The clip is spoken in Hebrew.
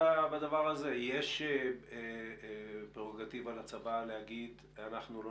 יש פרורוגטיבה לצבא להגיד שאנחנו לא